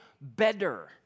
better